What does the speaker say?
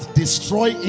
destroy